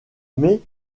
mais